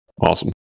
awesome